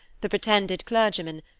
the pretended clergyman,